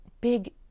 big